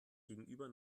gegenüber